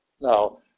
Now